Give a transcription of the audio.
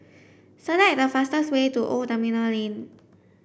select the fastest way to Old Terminal Lane